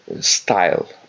style